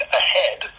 ahead